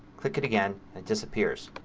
click it again and it disappears.